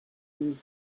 his